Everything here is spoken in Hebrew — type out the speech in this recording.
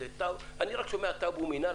אני רק שומע טאבו מינהל,